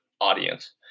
audience